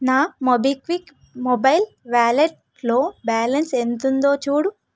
నా MobiKwik mobile వ్యాలెట్లో balance ఎంతుందో చూడు